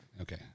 Okay